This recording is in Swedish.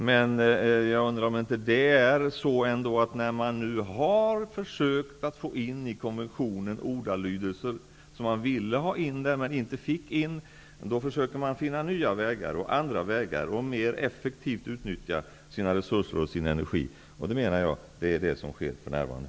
Men efter att ha försökt få in ordalydelser i konventionen som man ville ha in, men inte fick in, försöker man finna nya och andra vägar för att mer effektivt utnyttja sina resurser och sin energi. Det är vad som sker för närvarande.